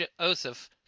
Joseph